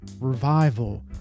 revival